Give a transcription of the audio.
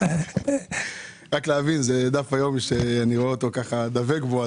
רק כדי להבין, זה דף היום שאני רואה אותו דבק בו.